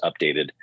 updated